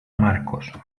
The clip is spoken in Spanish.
marcos